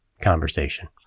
conversation